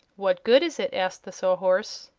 what good is it? asked the sawhorse.